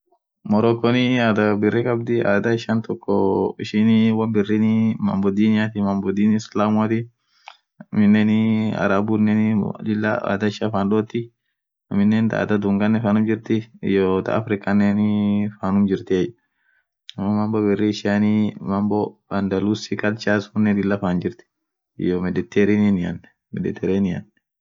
Moroccon adhaa birri khabdhi adhaa ishian toko ishin wonn birrini mambo diniathi mambo dini islamuathi aminen arabunen lila adhaa ishia fandhothi aminen thaa adha dhungnen fannun jirthi iyo thaa africanen fanum jirtiyee amoo mambo birri ishianii mambo underloose culture suunen lila fan jirthi iyo medetranian meditranen